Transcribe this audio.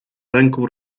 ręką